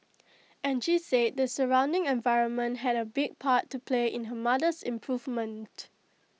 Angie said the surrounding environment had A big part to play in her mother's improvement